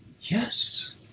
Yes